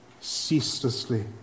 ceaselessly